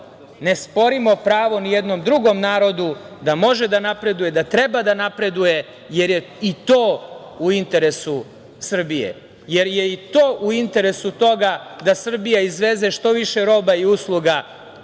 ne sporimo pravo nijednom drugom narodu da može da napreduje, da treba da napreduje, jer je i to u interesu Srbije, jer je i to u interesu toga da Srbija izveze što više roba i usluga